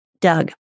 Doug